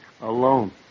alone